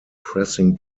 pressing